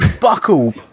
Buckle